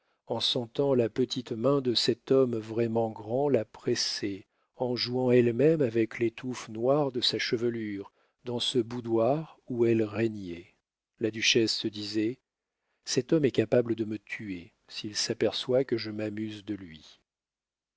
en sentant la petite main de cet homme vraiment grand la presser en jouant elle-même avec les touffes noires de sa chevelure dans ce boudoir où elle régnait la duchesse se disait cet homme est capable de me tuer s'il s'aperçoit que je m'amuse de lui